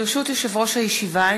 ברשות יושב-ראש הישיבה,